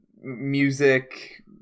music